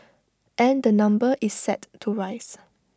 and the number is set to rise